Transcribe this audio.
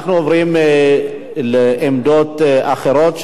אנחנו עוברים לעמדות אחרות.